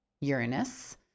Uranus